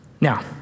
Now